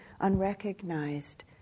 unrecognized